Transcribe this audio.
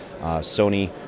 Sony